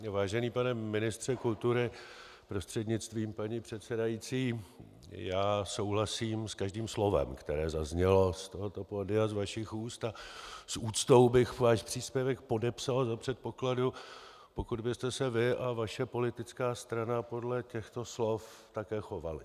Vážený pane ministře kultury prostřednictvím paní předsedající, já souhlasím s každým slovem, které zaznělo z tohoto pódia z vašich úst, a s úctou bych váš příspěvek podepsal za předpokladu, pokud byste se vy a vaše politická strana podle těchto slov také chovali.